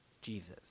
Jesus